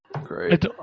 Great